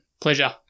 Pleasure